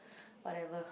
whatever